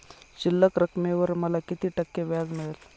शिल्लक रकमेवर मला किती टक्के व्याज मिळेल?